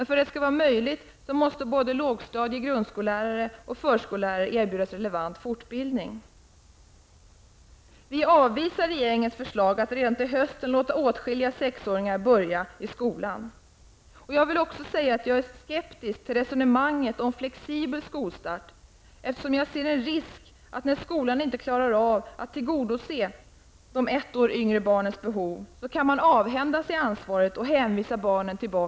För att detta skall bli möjligt måste lågstadielärare, grundskollärare och förskollärare erbjudas relevant fortbildning. Vänsterpartiet avvisar regeringens förslag att redan till hösten låta åtskilliga sexåringar börja skolan. Jag vill också säga att jag är skeptisk till resonemanget om en flexibel skolstart, eftersom jag ser en risk att skolan kan avhända sig ansvaret och hänvisa barnen tillbaka till barnomsorgen när skolan inte klarar av att tillgodose de ett år yngre barnens behov.